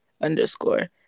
underscore